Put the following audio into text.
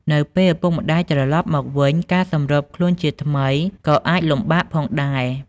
នៅពេលឪពុកម្តាយត្រឡប់មកវិញ ការសម្របខ្លួនជាថ្មីក៏អាចលំបាកផងដែរ។